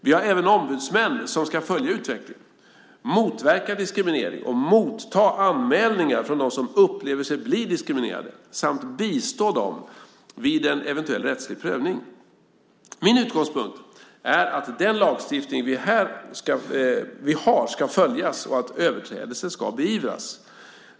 Vi har även ombudsmän som ska följa utvecklingen, motverka diskriminering och motta anmälningar från dem som upplever sig bli diskriminerade samt bistå dem vid en eventuell rättslig prövning. Min utgångspunkt är att den lagstiftning vi har ska följas och att överträdelser ska beivras.